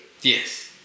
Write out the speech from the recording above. Yes